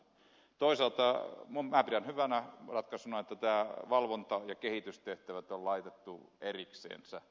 toisaalta minä pidän hyvänä ratkaisuna että valvonta ja kehitystehtävät on laitettu eriksensä